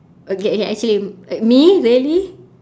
okay ya actually uh me really